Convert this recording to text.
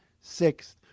sixth